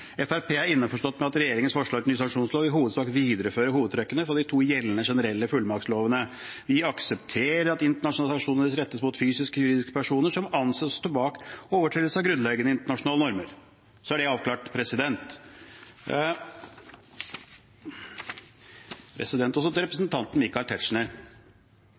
er innforstått med at regjeringens forslag til ny sanksjonslov i hovedsak viderefører hovedtrekkene i de to gjeldende generelle fullmaktslovene. Vi aksepterer at internasjonale sanksjoner rettes mot fysiske eller juridiske personer som anses å stå bak overtredelser av grunnleggende internasjonale normer. Da er det avklart. Så til representanten Michael Tetzschner,